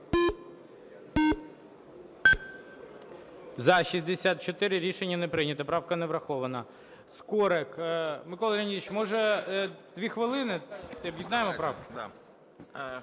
За-64 Рішення не прийнято. Правка не врахована. Скорик Микола Леонідович, може, 2 хвилини та об'єднаємо правки?